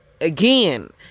again